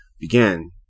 began